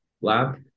lab